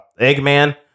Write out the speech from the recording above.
Eggman